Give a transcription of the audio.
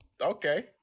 Okay